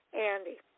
Andy